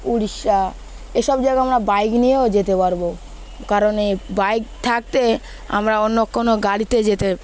উড়িষ্যা এসব জায়গায় আমরা বাইক নিয়েও যেতে পারবো কারণ এই বাইক থাকতে আমরা অন্য কোনো গাড়িতে যেতে